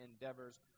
endeavors